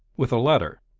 with a letter?